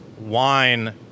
wine